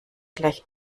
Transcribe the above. gleich